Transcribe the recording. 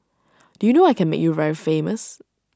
do you know I can make you very famous